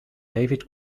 david